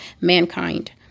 mankind